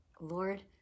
Lord